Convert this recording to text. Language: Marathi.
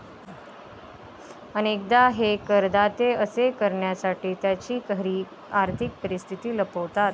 अनेकदा हे करदाते असे करण्यासाठी त्यांची खरी आर्थिक परिस्थिती लपवतात